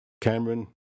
Cameron